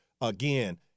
again